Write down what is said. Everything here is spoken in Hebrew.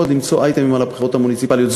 למצוא אייטמים על הבחירות המוניציפליות,